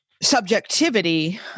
subjectivity